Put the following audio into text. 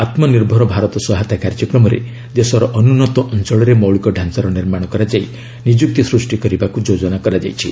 ଆତ୍ମନିର୍ଭର ଭାରତ ସହାୟତା କାର୍ଯ୍ୟକ୍ରମରେ ଦେଶର ଅନୁନ୍ନତ ଅଞ୍ଚଳରେ ମୌଳିକ ଢାଞ୍ଚାର ନିର୍ମାଣ କରାଯାଇ ନିଯୁକ୍ତି ସୃଷ୍ଟି କରିବାକୁ ଯୋଜନା କରାଯାଇଛି